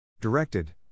Directed